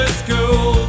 school